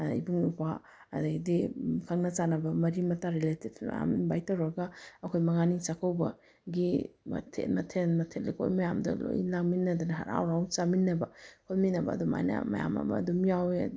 ꯏꯕꯨꯡ ꯏꯄ꯭ꯋꯥ ꯑꯗꯩꯗꯤ ꯈꯪꯅ ꯆꯥꯟꯅꯕ ꯃꯔꯤ ꯃꯇꯥ ꯔꯤꯂꯦꯇꯤꯕꯇꯨꯅ ꯃꯌꯥꯝ ꯏꯟꯕꯥꯏꯠ ꯇꯧꯔꯒ ꯑꯩꯈꯣꯏ ꯃꯉꯥꯅꯤ ꯆꯥꯛꯀꯧꯕꯒꯤ ꯃꯊꯦꯟ ꯃꯊꯦꯟ ꯃꯊꯦꯟ ꯂꯨꯀꯣꯏ ꯃꯌꯥꯝꯗꯣ ꯂꯣꯏ ꯂꯥꯡꯃꯤꯟꯅꯗꯅ ꯍꯔꯥꯎ ꯍꯔꯥꯎ ꯆꯥꯃꯤꯟꯅꯕ ꯈꯣꯠꯃꯤꯟꯅꯕ ꯑꯗꯨꯃꯥꯏꯅ ꯃꯌꯥꯝ ꯑꯃ ꯑꯗꯨꯝ ꯌꯥꯎꯏ